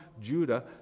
Judah